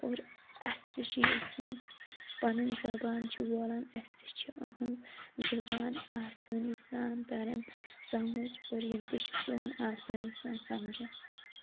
اور اَسہِ تہِ چھِ یۄس یِم پَنٕنۍ زَبان چھِ بولان اَسہِ تہِ چھ أہنٛز زَبان آسٲنی سان تَران سَمجھ اور یِم تہِ چھِ سون آسٲنی سان سَمجان